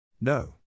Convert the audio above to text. No